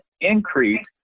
increase